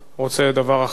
רוצה דבר אחר.